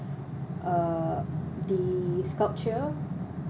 uh the sculpture uh